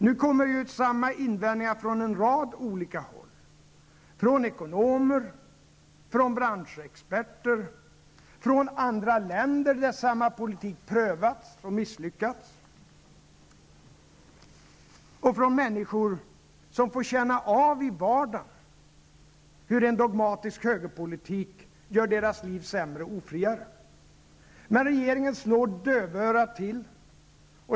Nu kommer samma invändningar från en rad olika håll: från ekonomer, från branschexperter, från andra länder där samma politik prövats och misslyckats och från människor som får känna av i vardagen hur en dogmatisk högerpolitik gör deras liv sämre och ofriare. Men regeringen slår dövörat till.